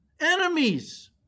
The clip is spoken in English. enemies